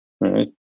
Right